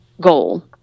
goal